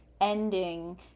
ending